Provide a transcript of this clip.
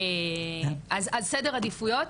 אז סדר עדיפויות,